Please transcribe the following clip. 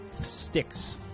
sticks